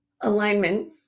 Alignment